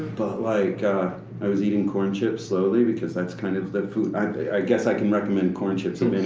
like i was eating corn chips slowly because that's kind of the food, and i guess i can recommend corn chips.